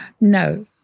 No